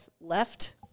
left